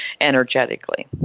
energetically